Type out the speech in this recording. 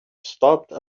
stopped